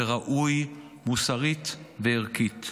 וראויה מוסרית וערכית.